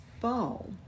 fall